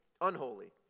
unholy